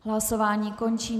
Hlasování končím.